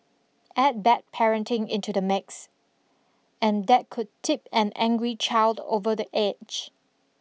add bad parenting into the mix and that could tip an angry child over the edge